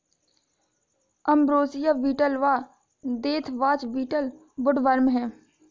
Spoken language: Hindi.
अंब्रोसिया बीटल व देथवॉच बीटल वुडवर्म हैं